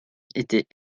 étaient